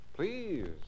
Please